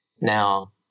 Now